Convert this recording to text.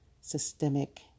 systemic